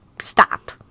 stop